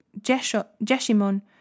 Jeshimon